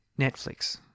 Netflix